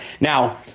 Now